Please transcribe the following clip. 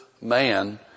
man